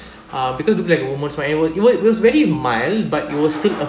uh because look like a woman's [one] it was it was very mild but it will still